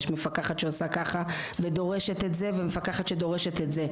יש מפקחת שעושה ככה ודורשת את זה ומפקחת שעושה אחרת ודורשת את זה.